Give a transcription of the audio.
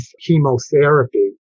chemotherapy